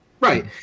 Right